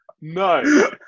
No